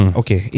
okay